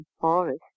forest